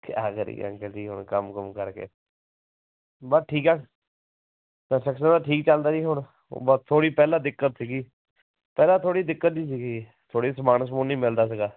ਕਿਆ ਕਰੀਏ ਅੰਕਲ ਜੀ ਹੁਣ ਕੰਮ ਕੁੰਮ ਕਰਕੇ ਬਸ ਠੀਕ ਹੈ ਕੰਨਸਟਰਕਸ਼ਨ ਦਾ ਠੀਕ ਚੱਲਦਾ ਜੀ ਹੁਣ ਉ ਬਸ ਥੋੜ੍ਹੀ ਪਹਿਲਾਂ ਦਿੱਕਤ ਸੀਗੀ ਪਹਿਲਾਂ ਥੋੜ੍ਹੀ ਦਿੱਕਤ ਜਿਹੀ ਸੀਗੀ ਥੋੜ੍ਹੀ ਸਮਾਨ ਸਮੂਨ ਨਹੀਂ ਮਿਲਦਾ ਸੀਗਾ